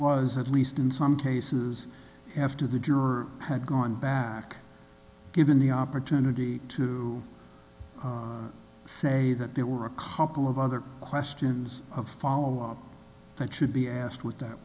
was at least in some cases after the juror had gone back given the opportunity to say that there were a couple of other questions of follow up that should be asked with that